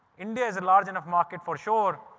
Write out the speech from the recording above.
india is a large enough market for sure.